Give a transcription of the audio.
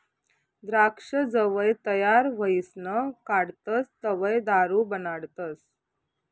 द्राक्ष जवंय तयार व्हयीसन काढतस तवंय दारू बनाडतस